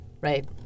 Right